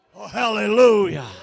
Hallelujah